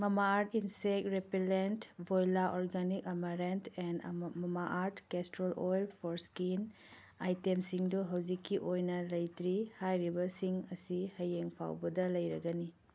ꯃꯃꯥ art insect repellent ꯕꯣꯏꯂꯥ organic ꯑꯥꯃꯔꯦꯟ and Mamaearth castor oil for skin ꯑꯥꯏꯇꯦꯝꯁꯤꯡꯗꯨ ꯍꯧꯖꯤꯛꯀꯤ ꯑꯣꯏꯅ ꯂꯩꯇ꯭ꯔꯤ ꯍꯥꯏꯔꯤꯕꯁꯤꯡ ꯑꯁꯤ ꯍꯌꯦꯡ ꯐꯥꯎꯕꯗ ꯂꯩꯔꯒꯅꯤ